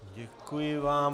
Děkuji vám.